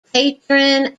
patron